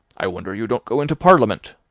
i wonder you don't go into parliament.